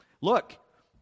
Look